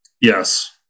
Yes